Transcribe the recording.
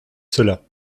cela